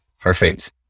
Perfect